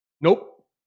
Nope